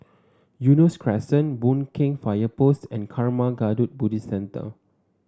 Eunos Crescent Boon Keng Fire Post and Karma Kagyud Buddhist Centre